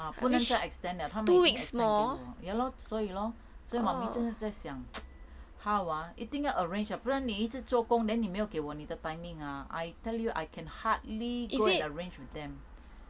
ah 不能再 extend liao 他们已经 extend liao ya lor 所以 lor 所以 mummy 在想 how ah 一定要 arrange 的不然你一直做工 then 没有给我你的 timing ah I tell you I can hardly go and arrange with them